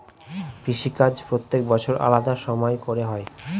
কৃষিকাজ প্রত্যেক বছর আলাদা সময় করে হয়